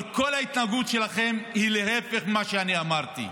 אבל כל ההתנהגות שלכם היא ההפך ממה שאמרתי.